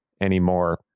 anymore